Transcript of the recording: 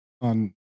on